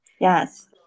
Yes